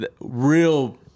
Real